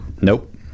Nope